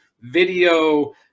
video